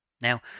now